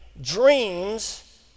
dreams